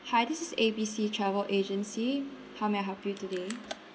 hi this is A_B_C travel agency how may I help you today